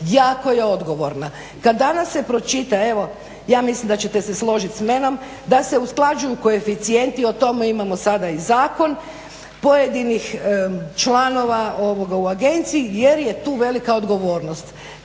jako je odgovorna. Kad danas se pročita, evo ja mislim da ćete se složit samom da se usklađuju koeficijenti, o tome imamo sada i zakon, pojedinih članova u agenciji jer je tu velika odgovornost.